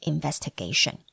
Investigation